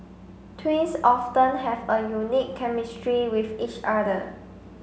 twins often have a unique chemistry with each other